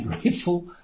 grateful